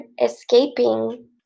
escaping